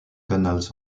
tunnels